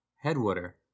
headwater